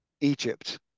Egypt